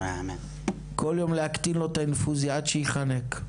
כל יום להקטין לו את האינפוזיה עד שייחנק.